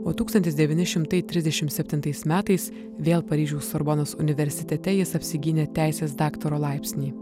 o tūkstantis devyni šimtai trisdešimt septintais metais vėl paryžiaus sorbonos universitete jis apsigynė teisės daktaro laipsnį